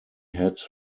had